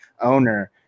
owner